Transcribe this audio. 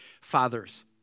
fathers